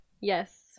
Yes